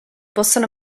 possono